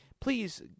Please